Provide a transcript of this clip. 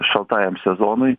šaltajam sezonui